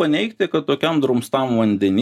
paneigti kad tokiam drumstam vandeny